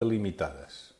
delimitades